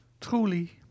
Truly